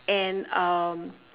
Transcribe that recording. and um